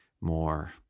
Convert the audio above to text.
more